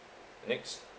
next